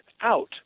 out